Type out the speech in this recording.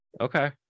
Okay